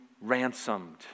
ransomed